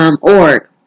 org